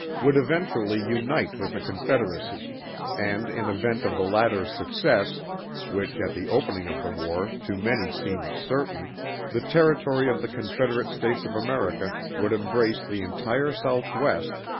would eventually unite with the confederacy and in event of the latter's success which at the opening of the war to many seemed certain the territory of the confederate states of america would embrace the entire southwest,